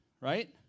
right